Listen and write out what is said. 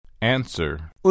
Answer